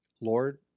Lord